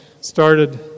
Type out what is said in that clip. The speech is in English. started